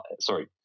sorry